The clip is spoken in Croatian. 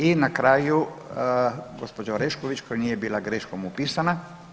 I na kraju gospođa Orešković koja nije bila greškom upisana.